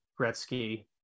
Gretzky